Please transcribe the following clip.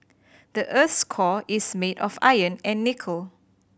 the earth's core is made of iron and nickel